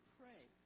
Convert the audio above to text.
pray